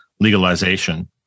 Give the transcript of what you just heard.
Legalization